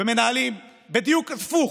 ומנהלים בדיוק הפוך,